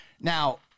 Now